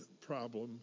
problem